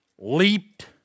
leaped